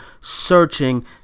Searching